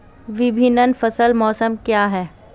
विभिन्न फसल मौसम क्या हैं?